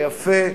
היפה,